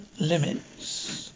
limits